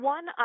One